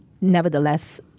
nevertheless